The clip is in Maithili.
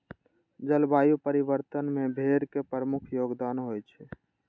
जलवायु परिवर्तन मे भेड़ के प्रमुख योगदान होइ छै